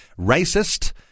racist